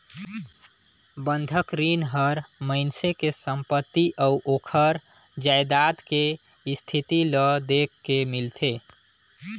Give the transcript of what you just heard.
बंधक रीन हर मइनसे के संपति अउ ओखर जायदाद के इस्थिति ल देख के मिलथे